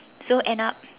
so end up